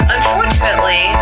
Unfortunately